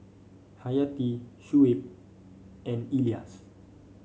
Hayati Shuib and Elyas